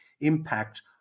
impact